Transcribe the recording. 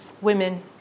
women